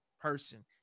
Person